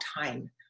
time